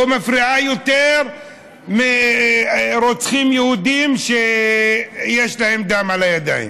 או מפריעה יותר מרוצחים יהודים שיש להם דם על הידיים.